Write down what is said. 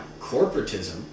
corporatism